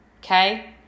Okay